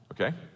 Okay